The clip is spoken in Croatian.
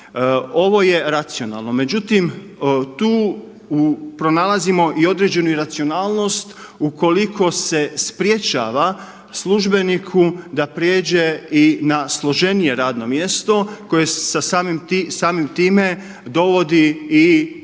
Ovo je racionalno, međutim tu pronalazimo i određenu iracionalnost ukoliko se sprječava službeniku da pređe i na složenije radno mjesto koje sa sami time dovodi i